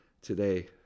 today